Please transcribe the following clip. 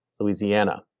Louisiana